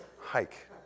Hike